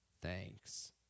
Thanks